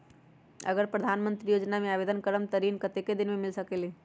अगर प्रधानमंत्री योजना में आवेदन करम त ऋण कतेक दिन मे मिल सकेली?